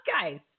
guys